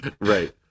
Right